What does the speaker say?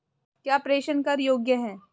क्या प्रेषण कर योग्य हैं?